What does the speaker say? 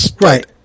Right